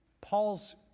Paul's